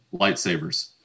lightsabers